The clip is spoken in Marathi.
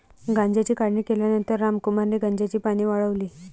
गांजाची काढणी केल्यानंतर रामकुमारने गांजाची पाने वाळवली